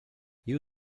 you